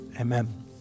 Amen